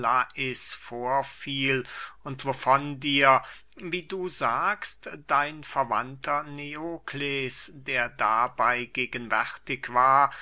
lais vorfiel und wovon dir wie du sagst dein verwandter neokles der dabey gegenwärtig war